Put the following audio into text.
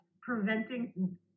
preventing